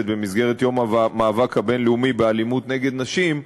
במסגרת יום המאבק הבין-לאומי באלימות נגד נשים,